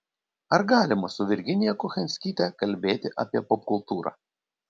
ar galima su virginija kochanskyte kalbėti apie popkultūrą